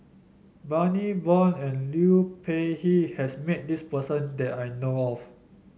Bani Buang and Liu Peihe has met this person that I know of